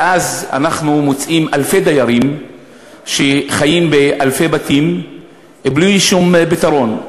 ואז אנחנו מוצאים אלפי דיירים שחיים באלפי בתים בלי שום פתרון,